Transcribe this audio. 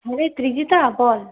হ্যাঁ রে সৃজিতা বল